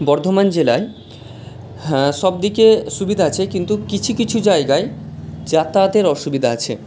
বর্ধমান জেলায় সবদিকে সুবিধা আছে কিন্তু কিছু কিছু জায়গায় যাতায়াতের অসুবিধা আছে